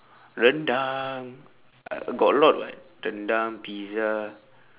rendang uh got a lot [what] rendang pizza